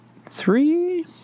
Three